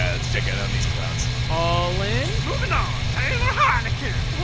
ah let's check in on these clowns. all in. moving on. taylor heineken,